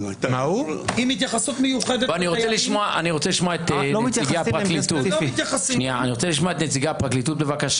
אני רוצה לשמוע את נציגי הפרקליטות בבקשה.